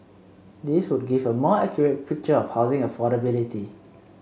these would give a more accurate picture of housing affordability